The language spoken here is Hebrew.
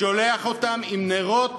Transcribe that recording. שולח אותם עם נרות